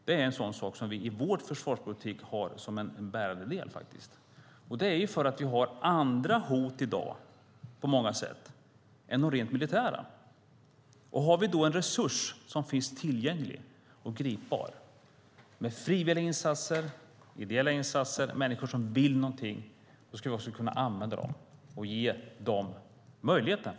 Det är ett bärande led i vår försvarspolitik, faktiskt. Detta är för att vi i dag har andra hot än de rent militära. Har vi då en resurs som finns tillgänglig och gripbar, med frivilliga, ideella insatser och människor som vill något, ska vi också kunna använda den resursen och ge dessa människor den möjligheten.